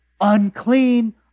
unclean